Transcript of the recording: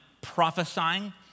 prophesying